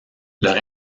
leur